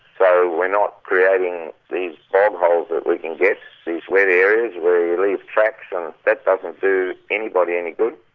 so we're not creating these bog holes that we can get, these wet area where you leave tracks and that doesn't do anybody any good.